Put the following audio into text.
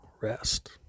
rest